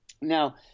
now